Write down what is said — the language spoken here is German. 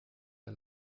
der